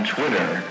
Twitter